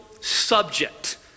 subject